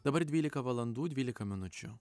dabar dvylika valandų dvylika minučių